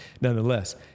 nonetheless